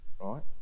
right